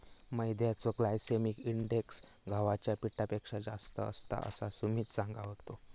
मैद्याचो glycaemic index गव्हाच्या पिठापेक्षा जास्त असता, असा सुमित सांगा होतो